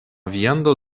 viando